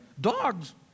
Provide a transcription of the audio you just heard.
Dogs